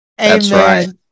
Amen